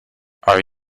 are